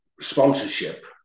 sponsorship